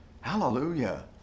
Hallelujah